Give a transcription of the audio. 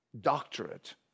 doctorate